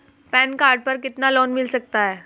Pan card पर कितना loan मिल सकता है?